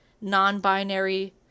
non-binary